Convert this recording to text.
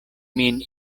min